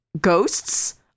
ghosts